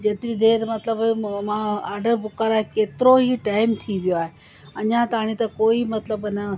जेतिरी देर मतलबु मां आडर बुक कराए केतिरो ई टाइम थी वियो आहे अञा ताईं त कोई मतलबु न